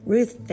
Ruth